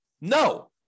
No